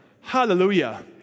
Hallelujah